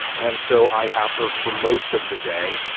and so i have her for most of the day.